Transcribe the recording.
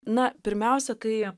na pirmiausia kai